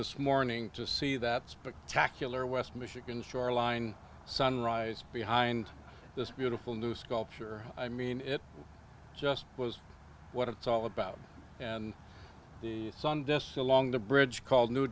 this morning to see that spectacular west michigan shoreline sunrise behind this beautiful new sculpture i mean it just was what it's all about and the sun desa long the bridge called new